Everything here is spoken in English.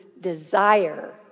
desire